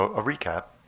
a recap.